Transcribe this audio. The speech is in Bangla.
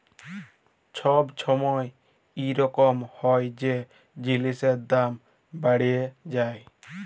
ছব ছময় ইরকম হ্যয় যে জিলিসের দাম বাড়্হে যায়